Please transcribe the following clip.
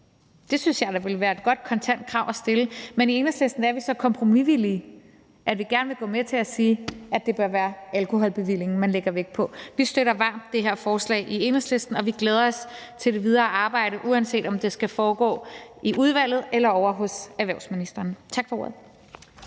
Det synes jeg da ville være et godt kontant krav at stille. Men i Enhedslisten er vi så kompromisvillige, at vi gerne vil gå med til at sige, at det bør være alkoholbevillingen, man lægger vægt på. Vi støtter varmt de her forslag i Enhedslisten, og vi glæder os til det videre arbejde, uanset om det skal foregå i udvalget eller ovre hos erhvervsministeren. Tak for ordet.